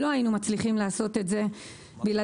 לא היינו מצליחים לעשות זאת בלעדיכם.